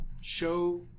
show